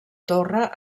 torre